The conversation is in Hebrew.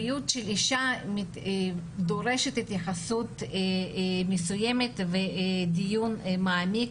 בריאות של אישה דורשת התייחסות מסוימת ודיון מעמיק.